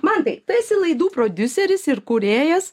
mantai tu esi laidų prodiuseris ir kūrėjas